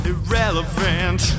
Irrelevant